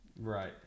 Right